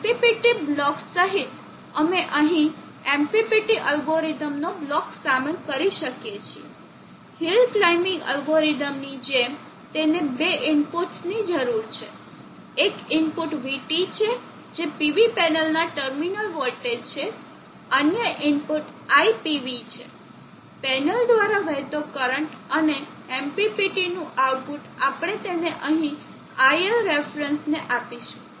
MPPT block સહિત અમે અહીં MPPT અલ્ગોરિધમનો બ્લોક શામેલ કરી શકીએ છીએ હિલ ક્લીમ્બીંગ એલ્ગોરિધમની જેમ તેને બે ઇનપુટ્સની જરૂર છે એક ઇનપુટ vT છે જે PV પેનલના ટર્મિનલ વોલ્ટેજ છે અન્ય ઇનપુટ iPV છે પેનલ દ્વારા વહેતો કરંટ અને MPPT નું આઉટપુટ આપણે તેને અહીં iL રેફરન્સને આપીશું